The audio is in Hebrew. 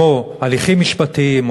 כמו הליכים משפטיים,